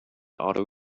auto